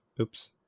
Oops